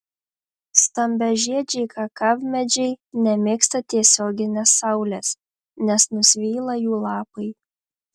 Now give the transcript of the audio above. stambiažiedžiai kakavmedžiai nemėgsta tiesioginės saulės nes nusvyla jų lapai